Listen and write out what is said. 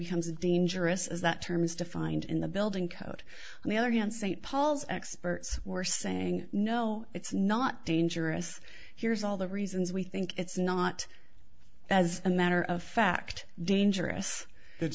becomes dangerous is that term is defined in the building code on the other hand st paul's experts were saying no it's not dangerous here's all the reasons we think it's not as a matter of fact dangerous